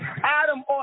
Adam